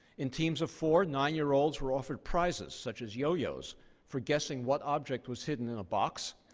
in teams of four, nine-year-olds were offered prizes such as yo-yos for guessing what object was hidden in a box.